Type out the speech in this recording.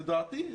לדעתי,